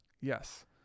Yes